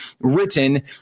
written